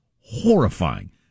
horrifying